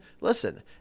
listen